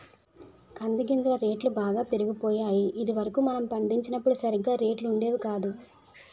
కంది గింజల రేట్లు బాగా పెరిగిపోయాయి ఇది వరకు మనం పండించినప్పుడు సరిగా రేట్లు ఉండేవి కాదు